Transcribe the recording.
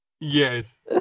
Yes